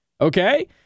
okay